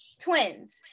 twins